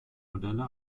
modelle